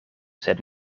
sed